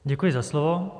Děkuji za slovo.